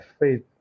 faith